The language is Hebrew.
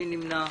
מי נמנע?